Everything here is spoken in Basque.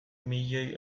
milioi